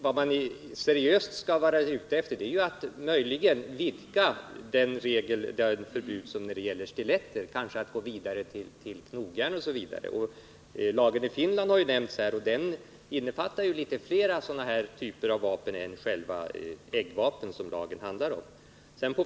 Vad vi seriöst skall vara ute efter är möjligen att vidga det förbud som gäller stiletter, kanske att gå vidare till knogjärn etc. Lagen i Finland har nämnts här, och den innefattar litet flera typer av vapen än bara eggvapen.